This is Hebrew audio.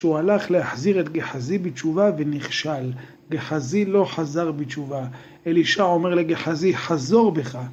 כשהוא הלך להחזיר את גחזי בתשובה ונכשל, גחזי לא חזר בתשובה, אלישע אומר לגחזי חזור בך.